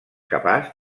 capaç